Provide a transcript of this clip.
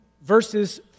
verses